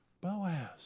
Boaz